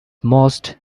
most